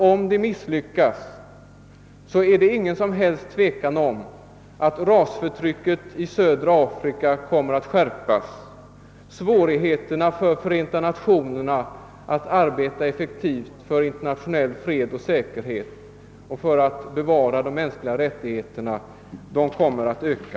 Om vi misslyckas är det nämligen inget som helst tvivel om att rasförtrycket i södra Afrika kommer att skärpas och att svårigheterna för Förenta Nationerna att arbeta för internationell fred och säker het och för att bevara de mänskliga rättigheterna kommer att öka.